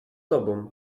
tobą